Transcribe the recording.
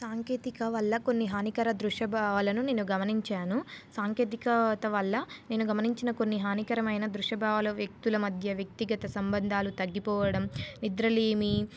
సాంకేతిక వల్ల కొన్ని హానికర దృశ్య భావాలను నేను గమనించాను సాంకేతికత వల్ల నేను గమనించిన కొన్ని హానికరమైన దృశ్యభావాల వ్యక్తుల మధ్య వ్యక్తిగత సంబంధాలు తగ్గిపోవడం నిద్రలేమి